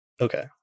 Okay